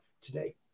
today